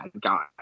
guy